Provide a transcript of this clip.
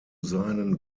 seinen